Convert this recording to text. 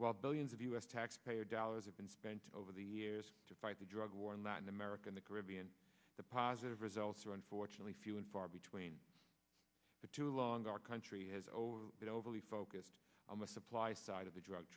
well billions of u s taxpayer dollars have been spent over the years to fight the drug war and latin american the caribbean the positive results are unfortunately few and far between but too long our country has over it overly focused on the supply side of the drug